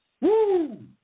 Woo